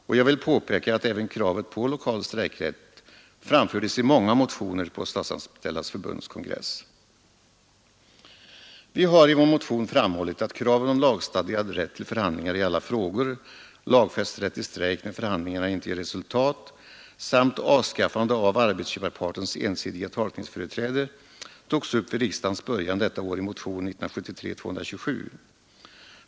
Och jag vill påpeka att kravet på lokal strejkrätt även framfördes i många motioner på Statsanställdas förbunds kongress. Vi har i vår motion framhållit att kraven på lagstadgad rätt till förhandlingar i alla frågor, lagfäst rätt till strejk när förhandlingarna inte ger resultat samt avskaffande av arbetsköparpartens ensidiga tolkningsföreträde togs upp vid riksdagens början detta år i motionen 227.